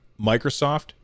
Microsoft